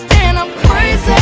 and i'm crazy,